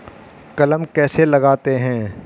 कलम कैसे लगाते हैं?